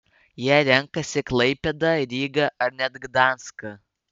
jie renkasi klaipėdą rygą ar net gdanską